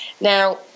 Now